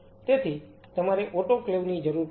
તેથી તમારે ઓટોક્લેવ ની જરૂર પડશે